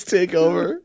Takeover